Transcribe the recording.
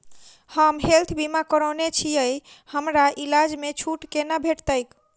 हम हेल्थ बीमा करौने छीयै हमरा इलाज मे छुट कोना भेटतैक?